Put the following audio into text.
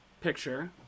picture